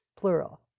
Plural